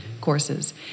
courses